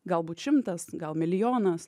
galbūt šimtas gal milijonas